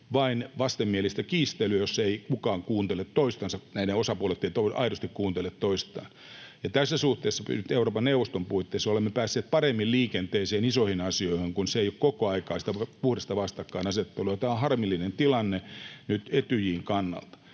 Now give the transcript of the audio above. vain vastenmielistä kiistelyä, jossa ei kukaan kuuntele toista. Nämä osapuolet eivät aidosti kuuntele toisiaan. Ja tässä suhteessa olemme päässeet Euroopan neuvoston puitteissa paremmin liikenteeseen isoissa asioissa, kun se ei ole kokoaikaista, puhdasta vastakkainasettelua. Tämä on nyt Etyjin kannalta